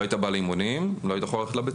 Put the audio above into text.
לא היית בא לאימונים לא היית יכול ללכת לבית-הספר.